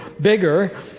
bigger